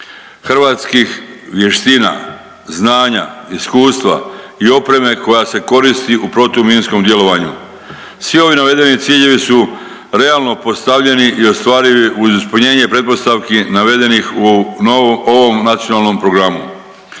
hrvatskih vještina, znanja, iskustva i opreme koja se koristi u protuminskom djelovanju. Svi ovi navedeni ciljevi su realno postavljeni i ostvarivi uz ispunjenje pretpostavki navedenih u ovom Nacionalnom programu.